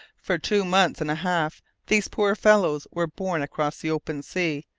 for two months and a half these poor fellows were borne across the open sea,